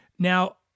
Now